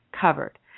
covered